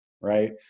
right